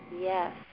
Yes